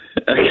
Okay